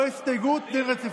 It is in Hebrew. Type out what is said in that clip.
לא הסתייגות, דין רציפות.